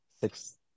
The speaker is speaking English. six